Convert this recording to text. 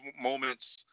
moments